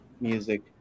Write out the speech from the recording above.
music